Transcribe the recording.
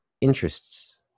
interests